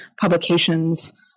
publications